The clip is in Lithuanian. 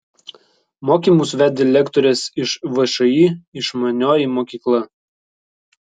mokymus vedė lektorės iš všį išmanioji mokykla